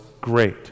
great